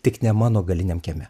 tik ne mano galiniam kieme